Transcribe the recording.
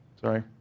sorry